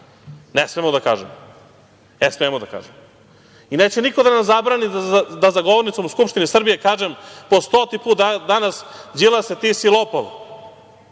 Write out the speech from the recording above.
ne smemo da kažemo. E, smemo da kažemo, i neće niko da nam zabrani da za govornicom u Skupštini Srbije kažem po stoti put danas – Đilase ti si lopov.